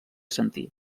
sentir